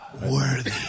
Worthy